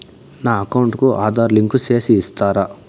నా అకౌంట్ కు ఆధార్ లింకు సేసి ఇస్తారా?